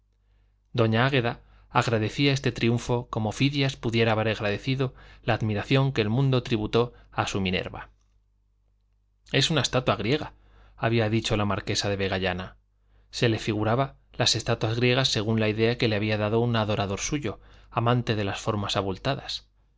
doña águeda agradecía este triunfo como fidias pudiera haber agradecido la admiración que el mundo tributó a su minerva es una estatua griega había dicho la marquesa de vegallana que se figuraba las estatuas griegas según la idea que le había dado un adorador suyo amante de las formas abultadas